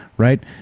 Right